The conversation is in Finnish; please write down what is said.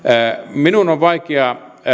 minun on vaikea